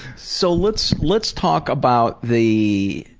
so let's let's talk about the,